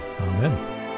Amen